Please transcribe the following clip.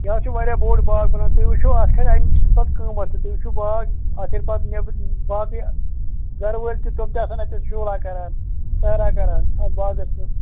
یہِ حظ چھِ واریاہ بوٚڈ باغ بَنان تُہۍ وٕچھُو اَتھ کھَسہِ اَمہِ سۭتۍ پَتہٕ قۭمَتھ تہٕ تُہۍ وٕچھُو باغ اَتھ ییٚلہ پَتہٕ نیٚبٕرۍ باقٕے گَرٕ وٲلۍ تہِ تِم تہِ آسان اَتٮ۪تھ شُگلہ کَران سیرا کَران اَتھ باغَس منٛز